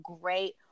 great